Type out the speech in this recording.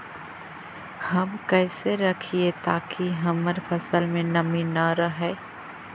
हम कैसे रखिये ताकी हमर फ़सल में नमी न रहै?